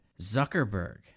Zuckerberg